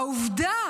העובדה